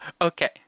Okay